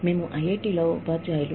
మేము ఐఐటిలో ఉపాధ్యాయులం